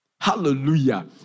Hallelujah